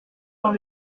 dans